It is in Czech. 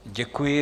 Děkuji.